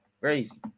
crazy